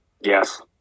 Yes